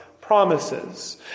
promises